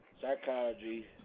psychology